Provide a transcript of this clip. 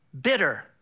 bitter